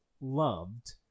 loved